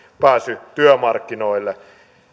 pääsy työmarkkinoille